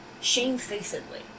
shamefacedly